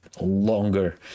longer